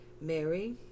Mary